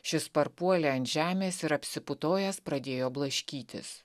šis parpuolė ant žemės ir apsiputojęs pradėjo blaškytis